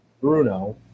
Bruno